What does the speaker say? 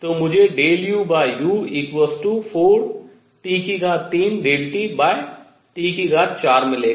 तो मुझे uu4T3TT4 मिलेगा